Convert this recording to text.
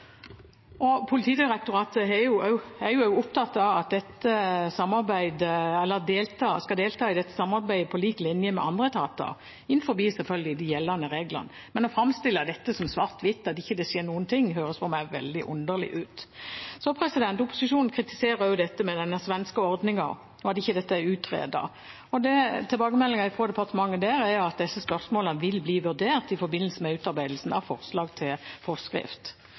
er opptatt av at de skal delta i dette samarbeidet på lik linje med andre etater, selvfølgelig innenfor de gjeldende reglene, men å framstille dette som svart-hvitt, at det ikke skjer noen ting, høres for meg veldig underlig ut. Opposisjonen kritiserer det som gjelder den svenske ordningen, og at dette ikke er utredet. Tilbakemeldingen fra departementet der er at disse spørsmålene vil bli vurdert i forbindelse med utarbeidelsen av forslag til forskrift.